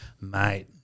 mate